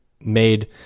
made